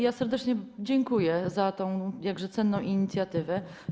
Ja serdecznie dziękuję za tę jakże cenną inicjatywę.